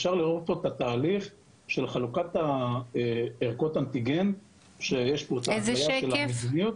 אפשר לראות פה את התהליך של חלוקת ערכות אנטיגן ואת שרשרת האספקה.